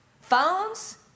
phones